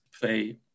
play